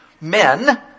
men